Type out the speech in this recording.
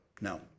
No